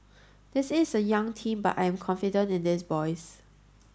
this is a young team but I am confident in these boys